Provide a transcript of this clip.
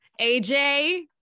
AJ